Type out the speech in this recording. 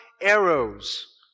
arrows